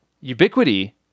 Ubiquity